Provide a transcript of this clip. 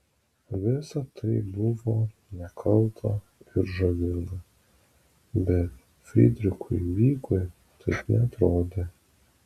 visa tai buvo nekalta ir žavinga bet frydrichui vykui taip neatrodė